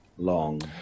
Long